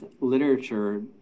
literature